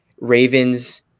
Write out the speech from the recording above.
Ravens